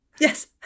Yes